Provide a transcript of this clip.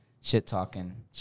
shit-talking